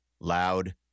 loud